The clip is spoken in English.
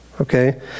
Okay